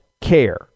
care